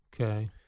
Okay